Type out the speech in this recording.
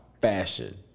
fashion